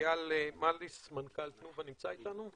איל מליס מנכ"ל תנובה נמצא איתנו?